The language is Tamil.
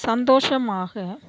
சந்தோஷமாக